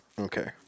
Okay